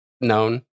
known